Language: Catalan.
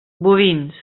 bovins